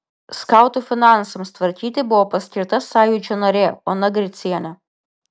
skautų finansams tvarkyti buvo paskirta sąjūdžio narė ona gricienė